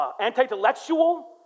anti-intellectual